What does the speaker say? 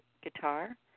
guitar